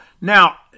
now